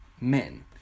men